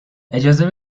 اجازه